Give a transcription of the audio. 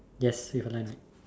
yes with a line right